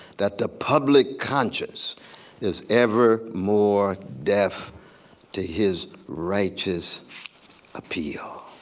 that the public conscience is ever more deaf to his righteous appeal.